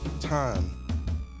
time